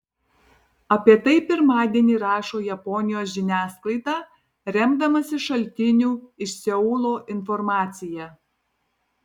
apie tai pirmadienį rašo japonijos žiniasklaida remdamasi šaltinių iš seulo informacija